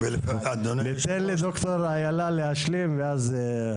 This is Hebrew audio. ניתן לד"ר אילה להשלים ואז.